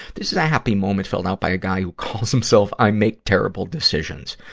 this is a happy moment filled out by a guy who calls himself i make terrible decisions.